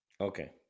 Okay